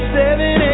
seven